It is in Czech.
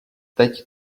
teď